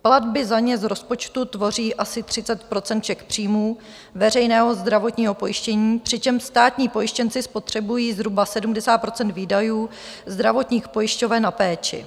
Platby za ně z rozpočtu tvoří asi 30 % všech příjmů veřejného zdravotního pojištění, přičemž státní pojištěnci spotřebují zhruba 70 % výdajů zdravotních pojišťoven na péči.